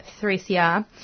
3CR